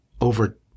over